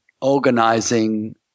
organizing